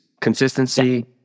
consistency